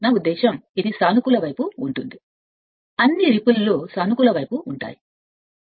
నా ఉద్దేశం ఇది సానుకూల వైపు అని అన్ని అలలు సానుకూల వైపు ఉంటాయి అంటే కొంచం ఆగండి